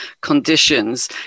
conditions